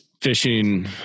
fishing